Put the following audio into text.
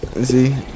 See